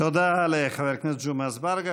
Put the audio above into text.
תודה לחבר הכנסת ג'מעה אזברגה.